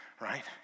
right